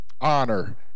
honor